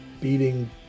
beating